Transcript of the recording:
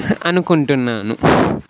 అనుకుంటున్నాను